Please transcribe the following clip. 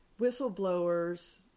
whistleblowers